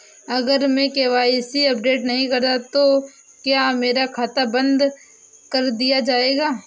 अगर मैं KYC update नहीं करता तो क्या मेरा खाता बंद कर दिया जाएगा?